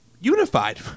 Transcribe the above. unified